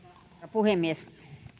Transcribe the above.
puhemies